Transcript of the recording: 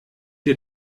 wir